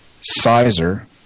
sizer